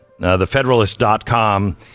TheFederalist.com